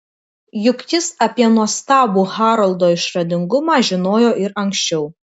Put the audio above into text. juk jis apie nuostabų haroldo išradingumą žinojo ir anksčiau